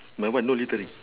my one no littering